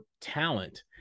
talent